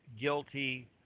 guilty